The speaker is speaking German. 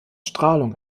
strahlung